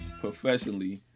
professionally